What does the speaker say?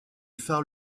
phare